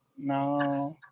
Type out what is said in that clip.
No